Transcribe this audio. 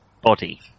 body